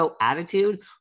attitude